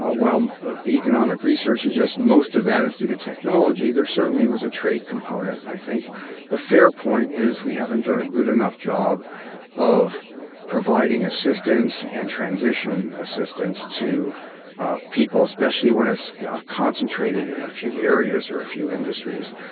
while the economic research suggests most of that is due to technology, there certainly was a trade component. i think the fair point is we haven't done a good enough job of providing assistance and transition assistance to people especially when it's concentrated in a few areas or a few industries.